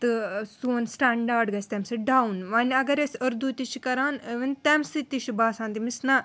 تہٕ سوٗن سِٹیٚنٛڈارڈ گژھہِ تمہِ سۭتۍ ڈَوُن وَنہِ اگر أسۍ اُردو تہِ چھِ کَران ٲں وۄنۍ تَمہِ سۭتۍ تہِ چھُ باسان تٔمِس نَہ